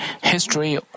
history